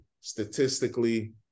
statistically